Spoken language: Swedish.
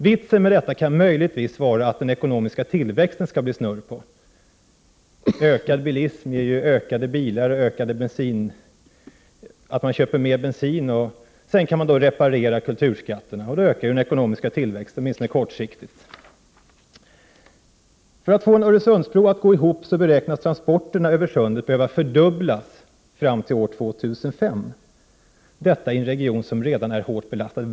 Vitsen med detta kan möjligtvis vara att det skall bli fart på den ekonomiska tillväxten. Ökad bilism ger fler bilar och större bensininköp. Sedan kan man reparera kulturskatterna, och då ökar den ekonomiska tillväxten, åtminstone kortsiktigt. För att få en Öresundsbro att löna sig behöver transporterna över sundet enligt beräkningar fördubblas fram till år 2005. Detta sker i en region som redan är hårt belastad.